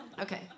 Okay